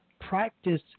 practice